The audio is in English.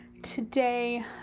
today